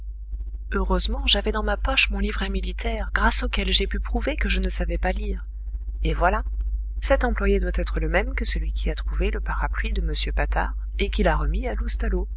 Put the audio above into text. heureusement j'avais dans ma poche mon livret militaire grâce auquel j'ai pu prouver que je ne savais pas lire et voilà cet employé doit être le même que celui qui a trouvé le parapluie de m patard et qui l'a remis à